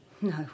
No